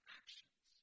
actions